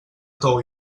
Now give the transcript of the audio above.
tou